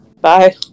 bye